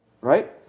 Right